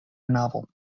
novel